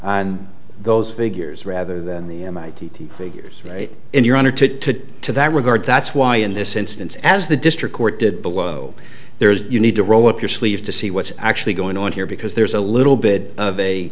and those figures rather than the mit figures in your honor to to that regard that's why in this instance as the district court did below there is you need to roll up your sleeve to see what's actually going on here because there's a little bit of a